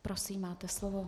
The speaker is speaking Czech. Prosím, máte slovo.